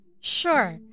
Sure